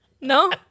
No